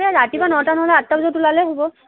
এই ৰাতিপুৱা নটা নহ'লে আঠটা বজাত ওলালেই হ'ব